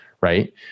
right